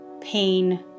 pain